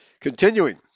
Continuing